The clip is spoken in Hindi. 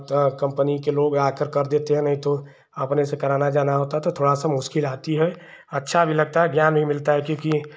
कम्पनी के लोग आकर कर देते हैं नहीं तो अपने से कराने जाना होता है तो थोड़ी सी मुश्किल आती है अच्छा भी लगता है ज्ञान भी मिलता है क्योंकि